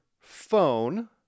phone